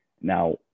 Now